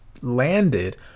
landed